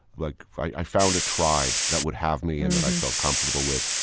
like i found a tribe that would have me and that i felt comfortable with.